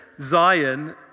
Zion